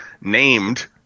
named